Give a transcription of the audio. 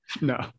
No